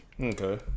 Okay